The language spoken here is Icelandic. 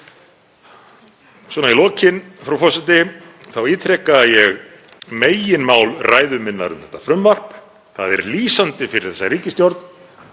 Svona í lokin, frú forseti, þá ítreka ég meginmál ræðu minnar um þetta mál. Það er lýsandi fyrir þessa ríkisstjórn.